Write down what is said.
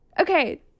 okay